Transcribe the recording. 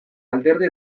alderdi